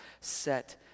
set